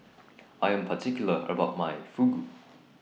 I Am particular about My Fugu